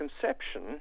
conception